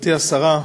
גברתי השרה,